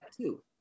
two